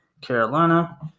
Carolina